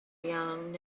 young